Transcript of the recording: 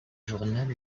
journal